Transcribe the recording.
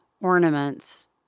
ornaments